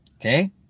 Okay